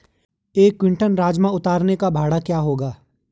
एक क्विंटल राजमा उतारने का भाड़ा क्या होगा?